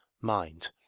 mind